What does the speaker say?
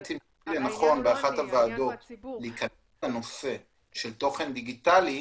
אם תראי לנכון באחת הוועדות להיכנס לנושא של תוכן דיגיטלי,